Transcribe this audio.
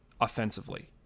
offensively